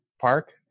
Park